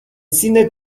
cine